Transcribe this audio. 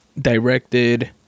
directed